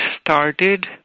started